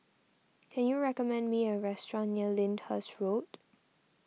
can you recommend me a restaurant near Lyndhurst Road